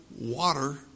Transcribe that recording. water